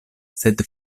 sed